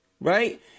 right